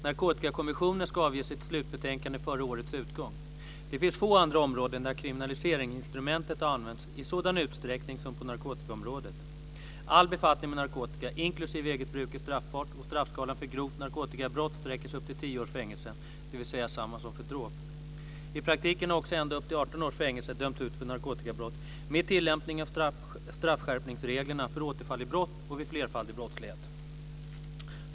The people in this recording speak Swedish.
Narkotikakommissionen ska avge sitt slutbetänkande före årets utgång. Det finns få andra områden där kriminaliseringsinstrumentet har använts i sådan utsträckning som på narkotikaområdet. All befattning med narkotika inklusive eget bruk är straffbar, och straffskalan för grovt narkotikabrott sträcker sig upp till tio års fängelse, dvs. samma som för dråp. I praktiken har också ända upp till 18 års fängelse dömts ut för narkotikabrott, med tillämpning av straffskärpningsreglerna för återfall i brott och vid flerfaldig brottslighet.